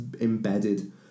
embedded